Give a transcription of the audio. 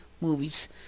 movies